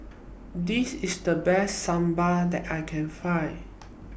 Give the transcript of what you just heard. This IS The Best Sambar that I Can Find